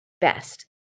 best